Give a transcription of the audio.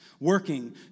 working